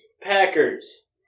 Packers